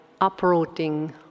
uprooting